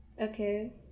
Okay